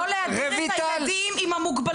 לא להפריד את הילדים עם המוגבלות.